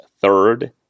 third